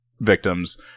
victims